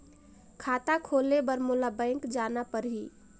खाता खोले बर मोला बैंक जाना परही?